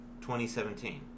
2017